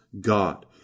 God